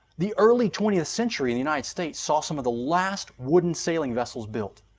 the early twentieth century in the united states saw some of the last wooden sailing vessels built.